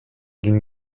d’une